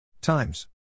times